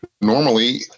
normally